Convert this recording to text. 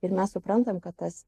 ir mes suprantam kad tas